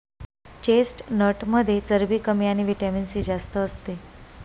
चेस्टनटमध्ये चरबी कमी आणि व्हिटॅमिन सी जास्त असते